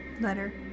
letter